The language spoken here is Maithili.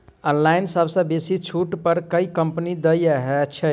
ऑनलाइन सबसँ बेसी छुट पर केँ कंपनी दइ छै?